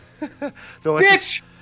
Bitch